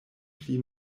pli